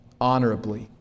honorably